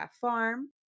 Farm